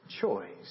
choice